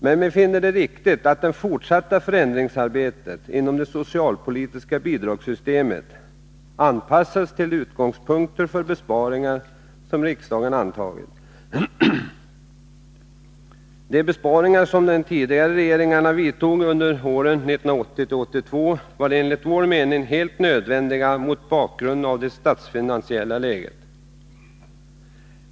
Men vi finner det riktigt att det fortsatta förändringsarbetet inom det socialpolitiska bidragssystemet anpassas till de utgångspunkter för besparingar som riksdagen antagit. De besparingar som de tidigare regeringarna vidtog under åren 1980-1982 var enligt vår mening helt nödvändiga mot bakgrund av det statsfinansiella läget.